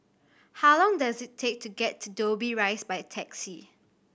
how long does it take to get to Dobbie Rise by taxi